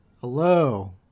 Hello